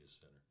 Center